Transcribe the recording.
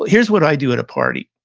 here's what i do at a party,